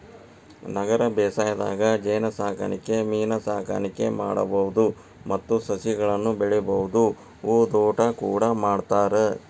ನಗರ ಬೇಸಾಯದಾಗ ಜೇನಸಾಕಣೆ ಮೇನಸಾಕಣೆ ಮಾಡ್ಬಹುದು ಮತ್ತ ಸಸಿಗಳನ್ನ ಬೆಳಿಬಹುದು ಹೂದೋಟ ಕೂಡ ಮಾಡ್ತಾರ